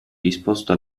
disposto